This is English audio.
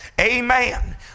Amen